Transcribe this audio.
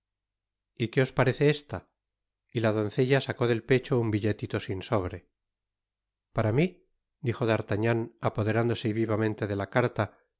y qué os parece esta y la doncella sacó del pecho un billetito sin sobre para mi dijo d'artagnan apoderándose vivamente de la caria